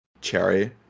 Cherry